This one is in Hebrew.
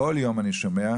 כל יום אני שומע,